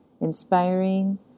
inspiring